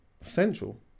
Central